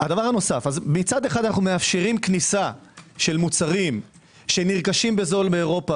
מצד אחד אנו מאפשרים כניסת מוצרים שנרכשים בזול באירופה